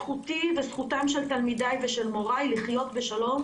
זכותי וזכותם של תלמידיי ושל מוריי לחיות בשלום,